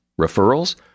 Referrals